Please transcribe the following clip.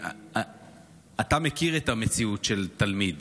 אתה מכיר את המציאות של תלמיד.